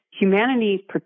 Humanity